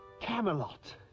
Camelot